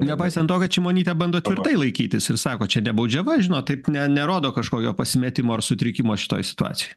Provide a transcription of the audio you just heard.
nepaisant to kad šimonytė bando tvirtai laikytis ir sako čia ne baudžiava žino taip ne nerodo kažkokio pasimetimo ar sutrikimo šitoj situacijoj